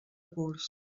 curs